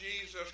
Jesus